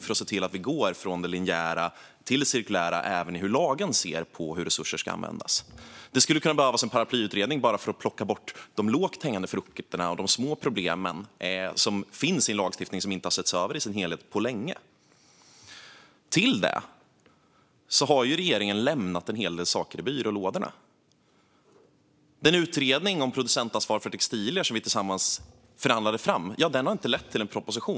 Vi behöver se till att vi går från det linjära till det cirkulära även i hur lagen ser på hur resurser ska användas. Det skulle kunna behövas en paraplyutredning för att plocka de lågt hängande frukterna och lösa de små problemen. Sådana finns i en lagstiftning som inte har setts över i sin helhet på länge. Dessutom har regeringen lämnat en hel del saker i byrålådorna. Den utredning om producentansvar för textilier som vi tillsammans förhandlade fram har inte lett till någon proposition.